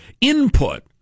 input